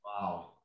Wow